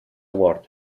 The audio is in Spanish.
award